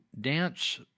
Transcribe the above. dance